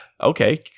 okay